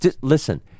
Listen